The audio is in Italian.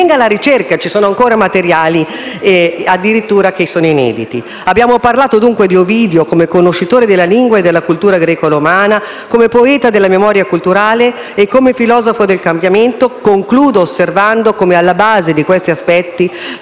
infatti che ci sono ancora materiali inediti. Abbiamo parlato dunque di Ovidio come conoscitore della lingua e della cultura grecoromana, come poeta della memoria culturale e filosofo del cambiamento. Concludo osservando come alla base di questi aspetti